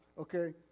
okay